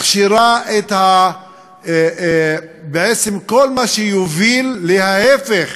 מכשירה את כל מה שיוביל להפך